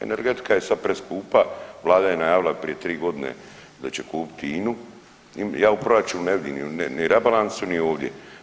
Energetika je sad preskupa, vlada je najavila prije 3 godine da će kupiti INU, ja u proračunu ne vidim, ni rebalansu ni ovdje.